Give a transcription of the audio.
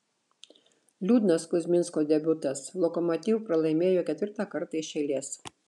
liūdnas kuzminsko debiutas lokomotiv pralaimėjo ketvirtą kartą iš eilės